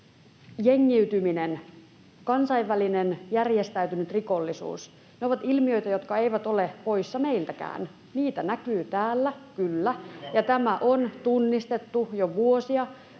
Jengiytyminen, kansainvälinen järjestäytynyt rikollisuus ovat ilmiöitä, jotka eivät ole poissa meiltäkään. Niitä näkyy täällä, kyllä, [Juha Mäenpää: Ja